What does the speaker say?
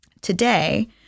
today